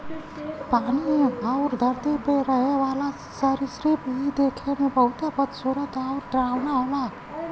पानी आउर धरती पे रहे वाला सरीसृप इ देखे में बहुते बदसूरत आउर डरावना होला